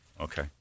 Okay